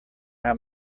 how